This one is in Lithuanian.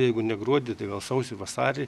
jeigu ne gruodį tai gal sausį vasarį